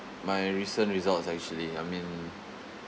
my recent results actually I mean